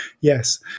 yes